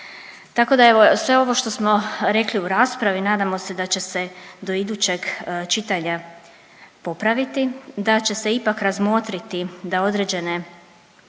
Tako da evo sve ovo što smo rekli u raspravi nadamo se da će se do idućeg čitanja popraviti, da će se ipak razmotriti da određene,